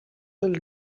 els